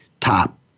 top